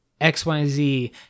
xyz